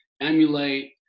emulate